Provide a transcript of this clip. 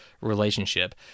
relationship